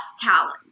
talent